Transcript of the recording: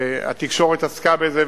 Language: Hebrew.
התקשורת עסקה בזה,